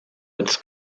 its